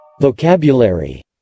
Vocabulary